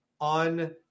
on